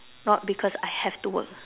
not because I have to work